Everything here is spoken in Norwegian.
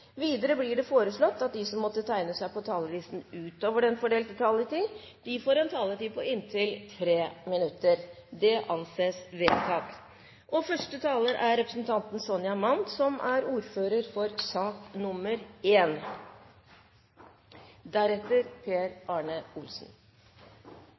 Videre blir det foreslått at de som måtte tegne seg på talerlisten utover den fordelte taletid, får en taletid på inntil 3 minutter. – Det anses vedtatt. Merverdiavgiften er utformet som en